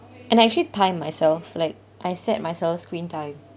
and actually timed myself like I set myself screen time